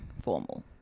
formal